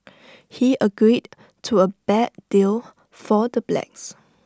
he agreed to A bad deal for the blacks